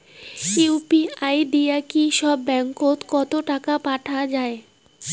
UPI দিয়া কি সব ব্যাংক ওত টাকা পাঠা যায়?